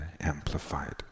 amplified